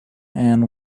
anne